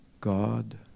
God